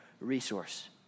resource